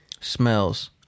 Smells